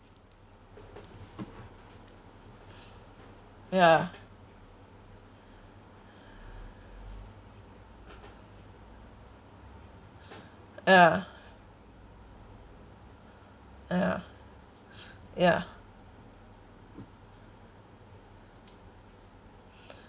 ya ya ya ya